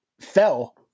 fell